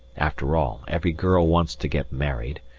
after all, every girl wants to get married,